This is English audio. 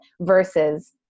versus